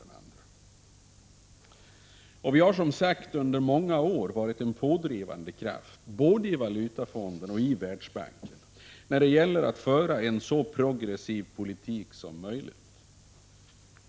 Från svensk sida har vi som sagt under många år varit en pådrivande kraft både i Valutafonden och i Världsbanken när det gäller att föra en så progressiv politik som möjligt.